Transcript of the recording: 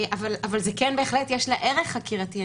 אבל בהחלט יש לה ערך חקירתי.